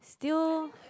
do you